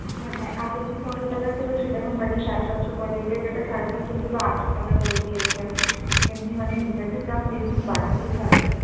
হ্যাঁ আগে তো ছশো টাকা ছিলো সেটা এখন বাড়িয়ে সাড়ে সাতশো করে দিয়েছে যেটা সাড়ে ছ শো ছিলো আটশো টাকা করে দিয়েছে এমনি মানে রিচার্জের দাম দিন দিন বাড়তেই থাকছে